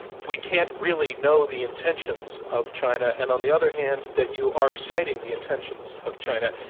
we can't really know the intentions of china, and, on the other hand, that you are citing the intentions of china,